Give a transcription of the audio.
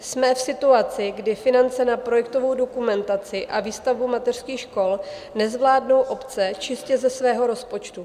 Jsme v situaci, kdy finance na projektovou dokumentaci a výstavbu mateřských škol nezvládnou obce čistě ze svého rozpočtu.